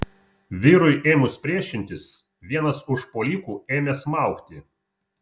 vyrui ėmus priešintis vienas užpuolikų ėmė smaugti